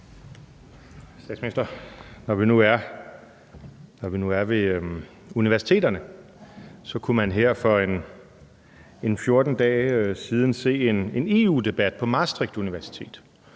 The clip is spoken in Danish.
Statsminister, når vi nu er ved universiteterne, kunne man her for en 14 dage siden se en EU-debat på Maastricht Universitet.